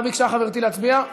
מה ביקשה חברתי להצביע?